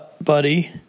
buddy